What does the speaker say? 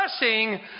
blessing